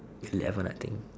ever nothing